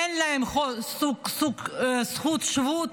אין להם זכות שיבה,